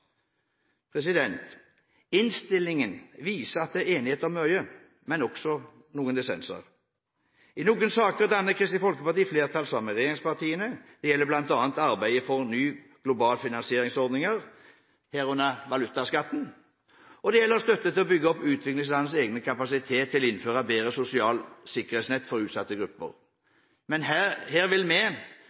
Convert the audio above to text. Innstillingen viser at det er enighet om mye, men også noen dissenser. I noen saker danner Kristelig Folkeparti flertall sammen med regjeringspartiene. Det gjelder bl.a. arbeidet for nye globale finansieringsordninger – herunder valutaskatten – og det gjelder støtte til å bygge opp utviklingslandenes egen kapasitet til å innføre bedre sosiale sikkerhetsnett for utsatte grupper. Her vil vi